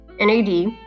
NAD